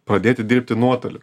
pradėti dirbti nuotoliu